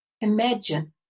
Imagine